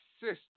system